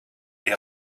est